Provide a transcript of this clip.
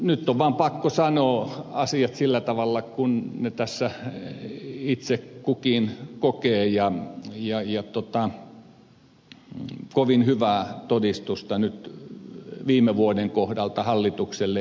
nyt on vaan pakko sanoa asiat sillä tavalla kuin ne tässä itse kukin kokee ja kovin hyvää todistusta nyt viime vuoden kohdalta hallitukselle ei voi antaa